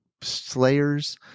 slayers